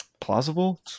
Plausible